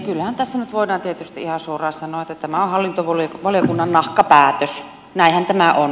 kyllähän tässä nyt voidaan tietysti ihan suoraan sanoa että tämä on hallintovaliokunnan nahkapäätös näinhän tämä on